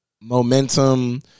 Momentum